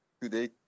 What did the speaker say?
today